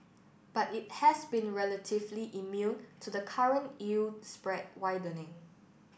but it has been relatively immune to the current yield spread widening